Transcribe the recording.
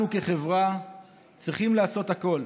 אנחנו כחברה צריכים לעשות הכול,